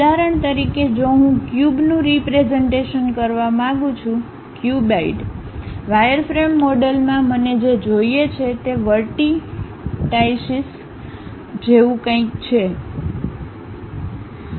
ઉદાહરણ તરીકે જો હું ક્યુબ નું રીપ્રેઝન્ટેશન કરવા માગું છું ક્યુબઇડ વાયરફ્રેમ મોડેલમાં મને જે જોઈએ છે તે વર્ટિટાઈશીસ જેવું કંઈક છે